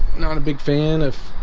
not a big fan of